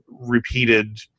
repeated